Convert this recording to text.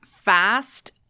fast